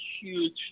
huge